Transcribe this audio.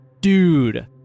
Dude